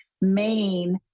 main